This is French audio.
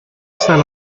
saint